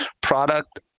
product